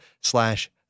slash